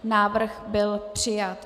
Návrh byl přijat.